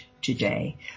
today